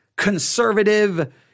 conservative